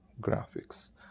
graphics